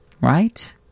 right